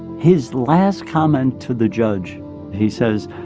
his last comment to the judge he says,